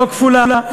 לא כפולה,